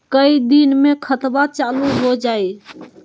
कई दिन मे खतबा चालु हो जाई?